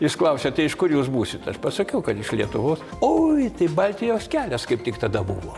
jis klausėte iš kur jus būsit aš pasakiau kad iš lietuvos oi tai baltijos kelias kaip tik tada buvo